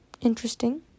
interesting